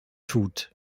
tut